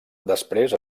després